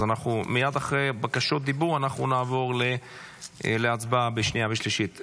אז מייד אחרי בקשות דיבור אנחנו נעבור להצבעה בקריאה שנייה ושלישית.